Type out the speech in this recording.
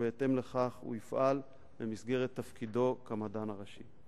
ובהתאם לכך הוא יפעל במסגרת תפקידו כמדען הראשי.